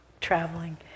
traveling